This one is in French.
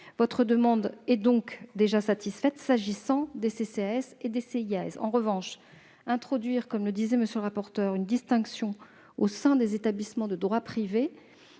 votre demande est donc déjà satisfaite s'agissant des CCAS et des CIAS. En revanche, comme le disait M. le rapporteur général, introduire une distinction, au sein des établissements de droit privé,